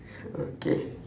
okay